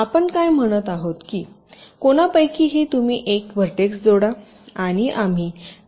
आपण काय म्हणत आहोत की कोणापैकीही तुम्ही एक व्हर्टेक्स जोडा आणि आम्ही येथे एक डमी एज जोडला आहे